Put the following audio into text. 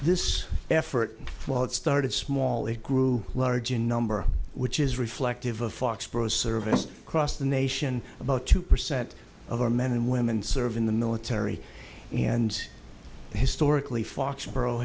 this effort well it started small it grew large in number which is reflective of foxborough service cross the nation about two percent of our men and women serve in the military and historically foxborough